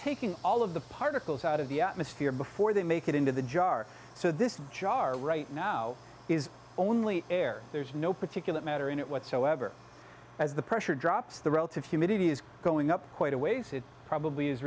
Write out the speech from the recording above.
taking all of the particles out of the atmosphere before they make it into the jar so this jar right now is only air there's no particulate matter in it whatsoever as the pressure drops the relative humidity is going up quite a ways it probably is